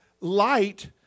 light